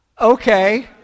Okay